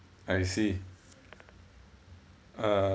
I see uh